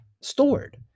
stored